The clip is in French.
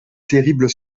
terrible